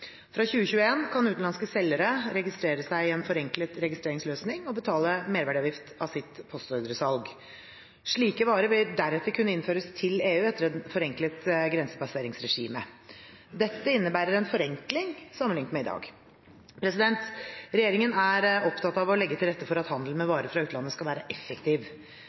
Fra 2021 kan utenlandske selgere registrere seg i en forenklet registreringsløsning og betale merverdiavgift av sitt postordresalg. Slike varer vil deretter kunne innføres til EU etter et forenklet grensepasseringsregime. Dette innebærer en forenkling sammenliknet med i dag. Regjeringen er opptatt av å legge til rette for at handelen med varer fra utlandet skal være effektiv.